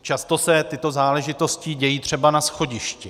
Často se tyto záležitosti dějí třeba na schodišti.